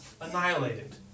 annihilated